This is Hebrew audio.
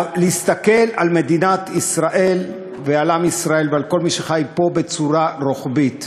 להסתכל על מדינת ישראל ועל עם ישראל ועל כל מי שחי פה בצורה רוחבית,